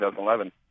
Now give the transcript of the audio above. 2011